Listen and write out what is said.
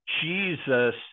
Jesus